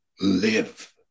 live